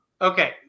Okay